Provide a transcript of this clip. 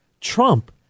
Trump